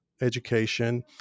education